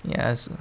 yes